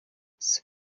ese